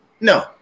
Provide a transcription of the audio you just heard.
No